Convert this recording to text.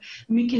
מיקי,